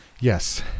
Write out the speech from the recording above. Yes